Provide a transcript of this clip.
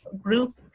group